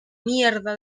mierda